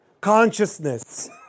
consciousness